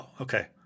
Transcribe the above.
Okay